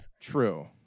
True